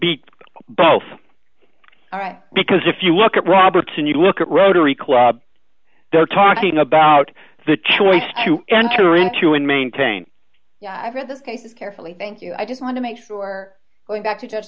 be both all right because if you look at roberts and you look at rotary club they're talking about the choice to enter into and maintain yeah i've read those cases carefully thank you i just want to make sure going back to ju